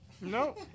No